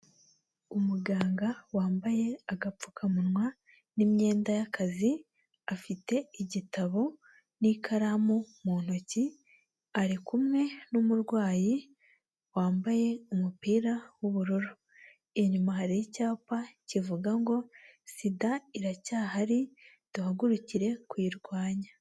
Umuganga wambaye agapfukamunwa n'imyenda y'akazi afite igitabo n'ikaramu mu ntoki, ari kumwe n'umurwayi wambaye umupira w'ubururu, inyuma hari icyapa kivuga ngo sida iracyahari duhagurukire kuyirwanya.